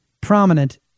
prominent